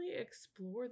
explore